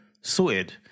sorted